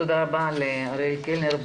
תודה רבה לאריאל קלנר.